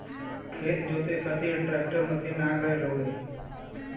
खेत जोते खातिर ट्रैकर मशीन आ गयल हउवे